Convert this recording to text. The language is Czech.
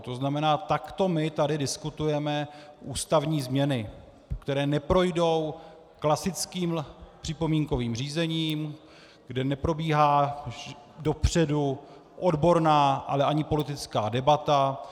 To znamená, takto my tady diskutujeme ústavní změny, které neprojdou klasickým připomínkovým řízením, kde neprobíhá dopředu odborná, ale ani politická debata.